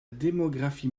démographie